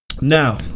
Now